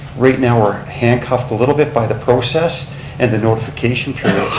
right now we're handcuffed a little bit by the process and the notification periods.